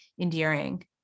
endearing